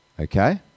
Okay